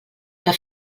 que